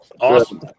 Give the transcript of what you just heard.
Awesome